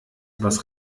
was